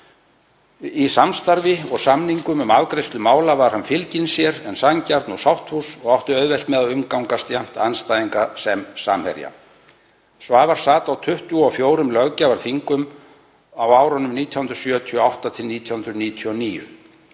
Í samstarfi og samningum um afgreiðslu mála var hann fylginn sér en sanngjarn og sáttfús og átti auðvelt með að umgangast jafnt andstæðinga sem samherja. Svavar sat á 24 löggjafarþingum 1978–1999.